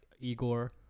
Igor